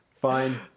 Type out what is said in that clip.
fine